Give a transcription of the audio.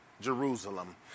Jerusalem